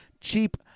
cheap